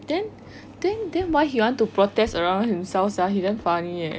then then then why he want to protest around himself sia he damn funny eh